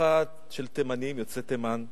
משפחה של תימנים, יוצאי תימן,